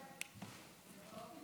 גברתי